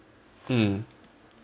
mm